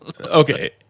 Okay